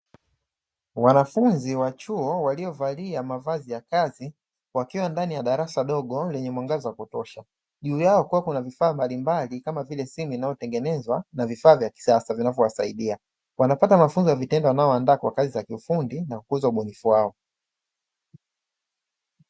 Wanafunzi wa chuo, waliovalia mavazi ya kazi, wakiwa ndani ya darasa dogo lenye mwangaza wa kutosha , juu yao kukiwa na vifaa mbalimbali kama vile simu inayotengenezwa na vifaa vya kisasa vinavyowasaidia, wanapata mafuzo ya vitendo yanayowaanda kwa kazi za kiufundi na kukuza ubunifu wao.